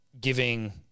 giving